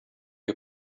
you